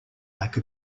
like